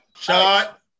Shot